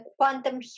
quantum